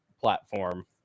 platform